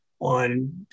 on